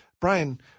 Brian